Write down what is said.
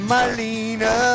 Marlena